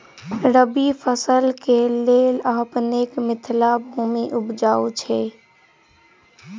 रबी फसल केँ लेल अपनेक मिथिला भूमि उपजाउ छै